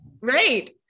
Right